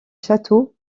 château